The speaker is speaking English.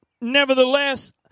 nevertheless